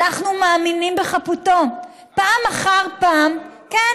אנחנו מאמינים בחפותו, פעם אחר פעם, לא כולם.